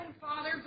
Father